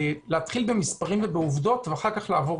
להתחיל במספרים ובעובדות ואחר כך לעבור